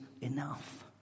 enough